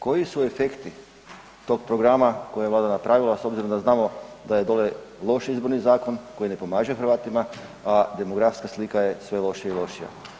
Koji su efekti tog programa koje je Vlada napravila s obzirom da znamo da je dole loš Izborni zakon koji ne pomaže Hrvatima a demografska slika je sve lošija i lošija?